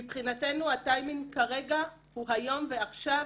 מבחינתנו הטיימינג כרגע הוא היום ועכשיו.